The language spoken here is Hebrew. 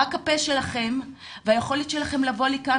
רק הפה שלכם והיכולת שלכם לבוא לכאן